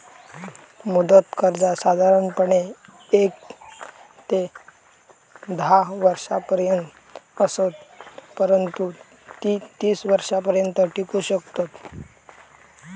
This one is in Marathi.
मुदत कर्जा साधारणपणे येक ते धा वर्षांपर्यंत असत, परंतु ती तीस वर्षांपर्यंत टिकू शकतत